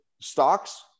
stocks